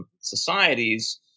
societies